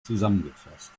zusammengefasst